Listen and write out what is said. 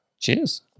Cheers